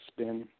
spin